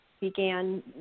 began